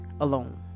alone